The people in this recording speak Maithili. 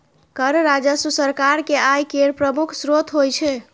कर राजस्व सरकार के आय केर प्रमुख स्रोत होइ छै